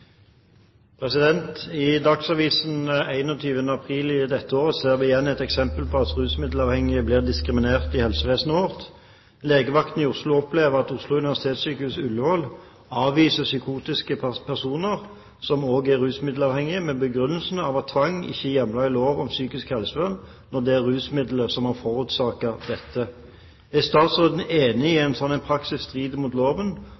Dagsavisen 21. april i år ser vi igjen et eksempel på at rusmiddelavhengige blir diskriminert i helsevesenet vårt. Legevakten i Oslo opplever at Oslo universitetssykehus, Ullevål avviser psykotiske personer som også er rusmiddelavhengige, med begrunnelsen at tvang ikke er hjemlet i lov om psykisk helsevern når det er rusmidler som har forårsaket dette. Er statsråden enig i at en slik praksis strider mot loven,